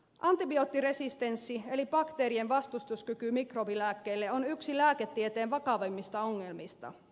antibioottiresistenssi eli bakteerien vastustuskyky mikrobilääkkeille on yksi lääketieteen vakavimmista ongelmista